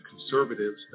conservatives